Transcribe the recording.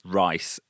rice